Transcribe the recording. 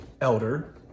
Elder